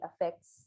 affects